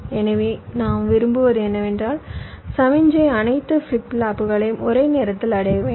எனவே நாம் விரும்புவது என்னவென்றால் சமிக்ஞை அனைத்து ஃபிளிப் ஃப்ளாப்புகளையும் ஒரே நேரத்தில் அடைய வேண்டும்